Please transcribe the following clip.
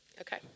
Okay